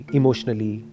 emotionally